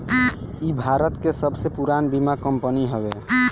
इ भारत के सबसे पुरान बीमा कंपनी हवे